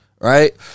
Right